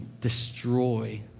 destroy